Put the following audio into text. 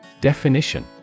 Definition